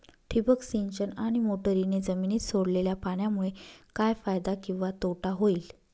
ठिबक सिंचन आणि मोटरीने जमिनीत सोडलेल्या पाण्यामुळे काय फायदा किंवा तोटा होईल?